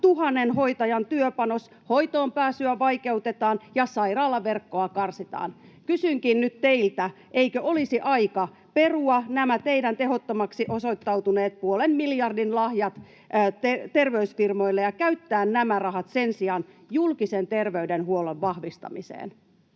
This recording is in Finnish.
tuhannen hoitajan työpanos, hoitoonpääsyä vaikeutetaan ja sairaalaverkkoa karsitaan. Kysynkin nyt teiltä: eikö olisi aika perua nämä teidän tehottomiksi osoittautuneet puolen miljardin lahjat terveysfirmoille ja käyttää nämä rahat sen sijaan julkisen terveydenhuollon vahvistamiseen?